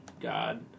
God